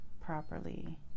properly